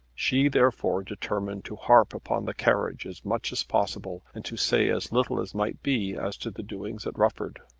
she therefore determined to harp upon the carriage as much as possible and to say as little as might be as to the doings at rufford.